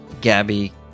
Gabby